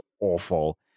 awful